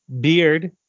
Beard